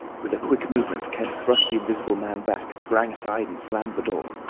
with a quick movement kemp thrust the invisible man back, sprang aside, and slammed the door.